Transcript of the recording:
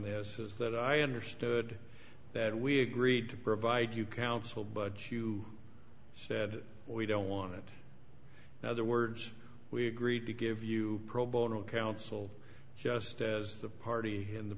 this is that i understood that we agreed to provide you counsel but you said we don't want now the words we agreed to give you pro bono counsel just as the party in the